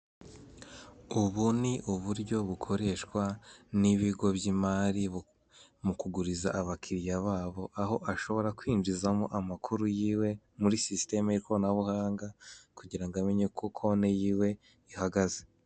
Ubu ni uburyo bukoreshwa n'ibigo by'imari mu kuguriza abakiliya babo aho ashobora kwinjizamo amakuru yiwe muri sisitemu y'ikoranabuhanga kugira ngo amenye uko konti yiwe ihagaze.